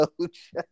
coach